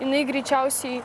jinai greičiausiai